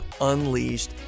Unleashed